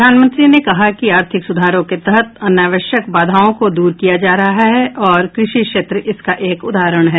प्रधानमंत्री ने कहा कि आर्थिक सुधारों के तहत अनावश्यक बाधाओं को दूर किया जा रहा है और कृषि क्षेत्र इसका एक उदाहरण है